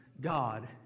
God